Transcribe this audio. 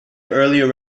earlier